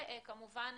כמובן,